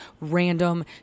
random